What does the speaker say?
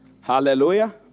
Hallelujah